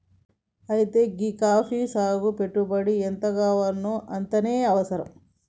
అయితే గీ కాఫీ సాగుకి పెట్టుబడి ఎంతగావాల్నో అంతనే అవసరం